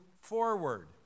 forward